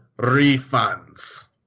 refunds